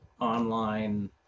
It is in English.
online